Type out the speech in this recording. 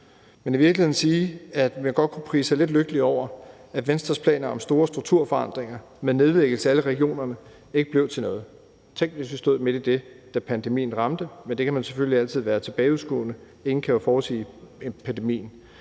men i virkeligheden bare sige, at vi godt har kunnet prise os lidt lykkelige over, at Venstres planer om store strukturforandringer med nedlæggelse af alle regionerne ikke blev til noget. Tænk, hvis vi havde stået midt i det, da pandemien ramte, men man kan selvfølgelig altid være tilbageskuende, for ingen kan jo forudsige en pandemi.